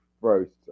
first